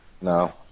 no